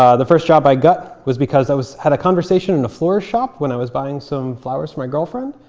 um the first job i got was because i had a conversation in a floral shop when i was buying some flowers for my girlfriend.